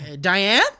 diane